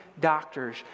doctors